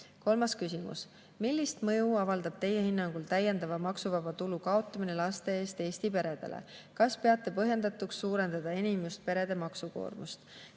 Kolmas küsimus: "Millist mõju avaldab Teie hinnangul täiendava maksuvaba tulu kaotamine laste eest Eesti peredele? Kas peate põhjendatuks suurendada enim just perede maksukoormust?"